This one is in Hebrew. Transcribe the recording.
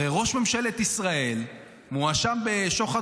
הרי ראש ממשלת ישראל מואשם בשוחד,